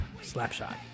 slapshot